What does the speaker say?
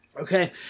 Okay